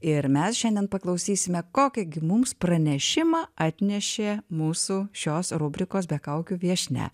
ir mes šiandien paklausysime kokį gi mums pranešimą atnešė mūsų šios rubrikos be kaukių viešnia